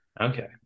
Okay